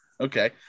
Okay